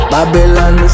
Babylon